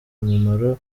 mumaro